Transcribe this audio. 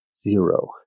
zero